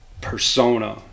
persona